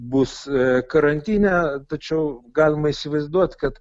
bus karantine tačiau galima įsivaizduot kad